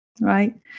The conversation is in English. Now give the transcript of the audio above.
right